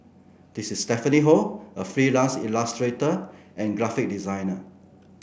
this is Stephanie Ho a freelance illustrator and graphic designer